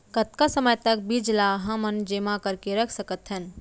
कतका समय तक बीज ला हमन जेमा करके रख सकथन?